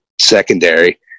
secondary